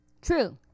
True